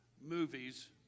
movies